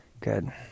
Good